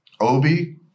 Obi